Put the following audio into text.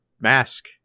mask